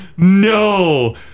No